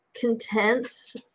content